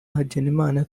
hagenimana